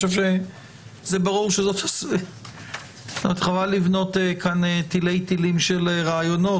אבל זה ברור חבל לבנות פה תילי תילים של רעיונות.